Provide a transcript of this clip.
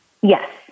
Yes